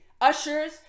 ushers